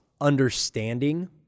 understanding